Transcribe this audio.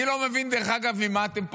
אני לא מבין, דרך אגב, ממה אתם פוחדים.